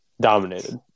dominated